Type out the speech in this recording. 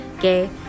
gay